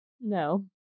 No